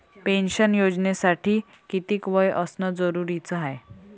Pension योजनेसाठी कितीक वय असनं जरुरीच हाय?